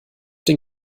den